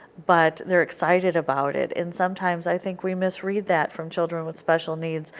but they are excited about it. and sometimes i think we misread that from children with special needs,